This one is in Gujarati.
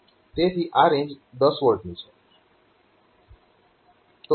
તેથી આ રેન્જ 10 V ની છે